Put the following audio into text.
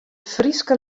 fryske